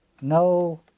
no